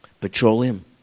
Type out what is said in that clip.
petroleum